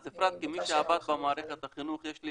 אז, אפרת, כמי שעבד במערכת החינוך יש לי